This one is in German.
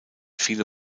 viele